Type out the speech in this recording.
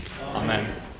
Amen